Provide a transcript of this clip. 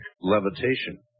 levitation